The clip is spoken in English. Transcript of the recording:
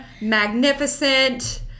magnificent